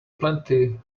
plenty